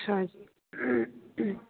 ਅੱਛਾ ਜੀ